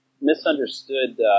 misunderstood